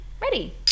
Ready